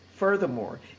Furthermore